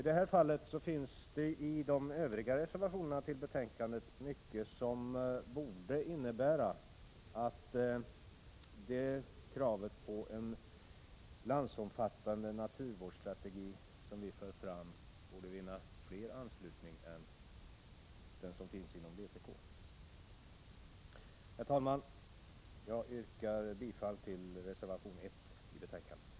I det här fallet finns i de övriga reservationerna till betänkandet mycket som borde innebära att det krav på en landsomfattande naturvårdsstrategi som vi för fram skulle kunna vinna större anslutning än den som finns inom vpk. Herr talman! Jag yrkar bifall till reservation 1 till betänkandet.